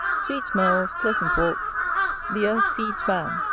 sweet smells, pleasant walks the earth feeds man,